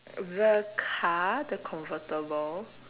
the car the convertible